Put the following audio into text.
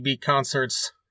concerts